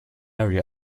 area